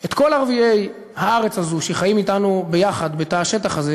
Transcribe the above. את כל ערביי הארץ הזאת שחיים אתנו ביחד בתא השטח הזה